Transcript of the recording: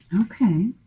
Okay